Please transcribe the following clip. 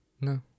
No